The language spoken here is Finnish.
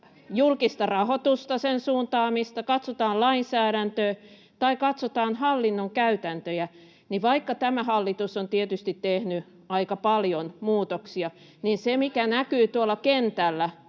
julkista rahoitusta, sen suuntaamista, katsotaan lainsäädäntöä tai katsotaan hallinnon käytäntöjä, niin vaikka tämä hallitus on tietysti tehnyt aika paljon muutoksia, [Leena Meren välihuuto] niin se, mikä näkyy tuolla kentällä